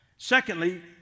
Secondly